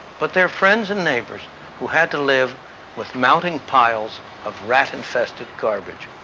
but their friends and neighbors who had to live with mounting piles of rat infested garbage.